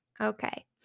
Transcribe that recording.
Okay